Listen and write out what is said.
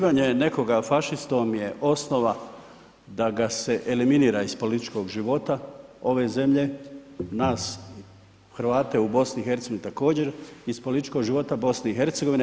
Nazivanje nekoga fašistom je osnova da ga se eliminira iz političkog života ove zemlje, nas Hrvate u BiH također iz političkog života BiH.